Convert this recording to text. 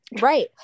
Right